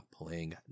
playing